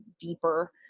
deeper